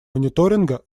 мониторинга